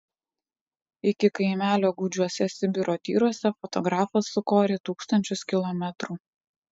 iki kaimelio gūdžiuose sibiro tyruose fotografas sukorė tūkstančius kilometrų